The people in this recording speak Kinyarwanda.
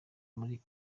muri